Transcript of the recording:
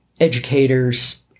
educators